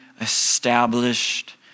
established